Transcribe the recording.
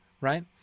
right